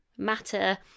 matter